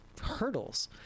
hurdles